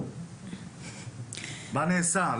מה נעשה?